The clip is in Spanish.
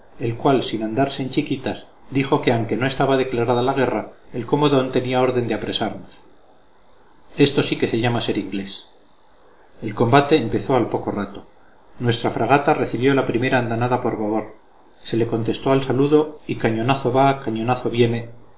el cual sin andarse en chiquitas dijo que anque no estaba declarada la guerra el comodón tenía orden de apresarnos esto sí que se llama ser inglés el combate empezó al poco rato nuestra fragata recibió la primera andanada por babor se le contestó al saludo y cañonazo va cañonazo viene